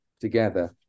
together